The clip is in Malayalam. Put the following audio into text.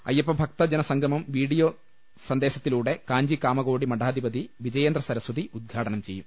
അയ്യപ്പഭക്തജനസംഗമം വീഡിയോ സന്ദേശത്തിലൂടെ കാഞ്ചി കാമകോടി മഠാധിപതി വിജയേന്ദ്ര സരസ്വതി ഉദ്ഘാടനം ചെയ്യും